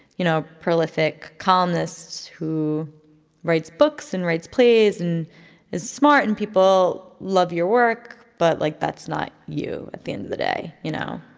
you know, prolific columnist who writes books and writes plays and is smart and people love your work but, like, that's not you at the end of the day, you know?